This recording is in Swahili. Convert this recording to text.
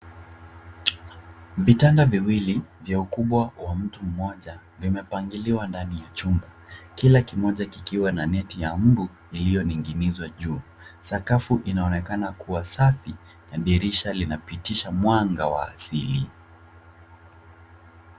Vitanda viwili vya ukubwa wa mtu mmoja vimepangiliwa ndani ya chumba kila kimoja kikiwa na neti ya mbu iliyoninginizwa juu sakafu inaonekana kuwa safi na dirisha linapitisha mwanga wa asili.